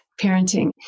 parenting